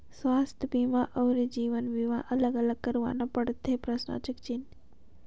स्वास्थ बीमा अउ जीवन बीमा अलग अलग करवाना पड़थे?